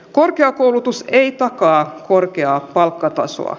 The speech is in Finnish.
korkeakoulutus ei takaa korkea palkkataso